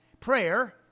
Prayer